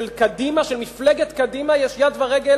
של קדימה, של מפלגת קדימה, יש יד ורגל